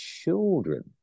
children